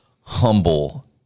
humble